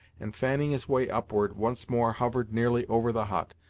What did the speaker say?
and fanning his way upward, once more hovered nearly over the hut,